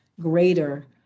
greater